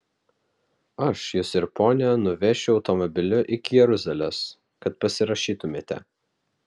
aš jus ir ponią nuvešiu automobiliu iki jeruzalės kad pasirašytumėte